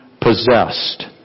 possessed